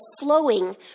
flowing